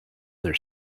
their